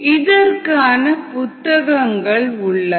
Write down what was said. இதற்கான புத்தகங்கள் உள்ளன